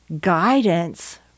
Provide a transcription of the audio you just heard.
guidance